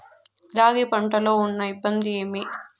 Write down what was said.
రాగి పంటలో ఉన్న ఇబ్బంది ఏమి?